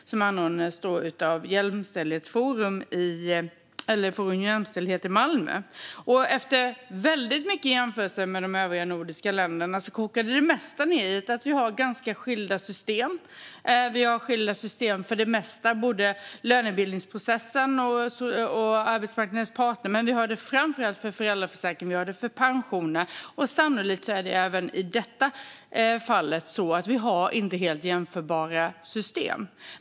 Efter väldigt mycket jämförelser med de övriga nordiska länderna kokade det mesta ned till att vi har ganska skilda system. Vi har skilda system för det mesta, både för lönebildningsprocessen och arbetsmarknadens parter, men framför allt har vi det för föräldraförsäkringen och för pensionerna. Sannolikt är det även i det här fallet så att vi inte har helt jämförbara system.